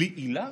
בלי עילה?